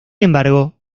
embargo